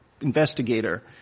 investigator